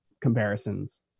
comparisons